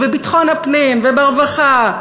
ובביטחון הפנים וברווחה,